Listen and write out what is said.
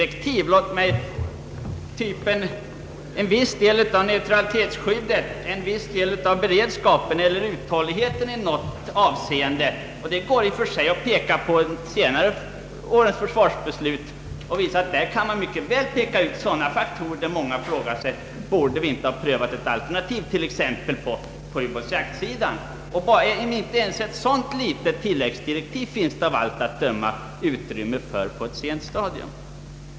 Det kan vara frågor som rör kanske en viss del av neutralitetsskyddet, en viss del av beredskapen eller uthålligheten i något avseende. Det är i och för sig möjligt att gå till senare års försvarsbeslut och peka ut faktorer, om vilka många frågar sig: borde vi inte ha prövat ett alternativ, t.ex. ökad satsning på ubåtsjaktssidan? Inte ens ett sådant tillläggskrav tycks det nu finnas utrymme för på ett sent stadium.